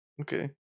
Okay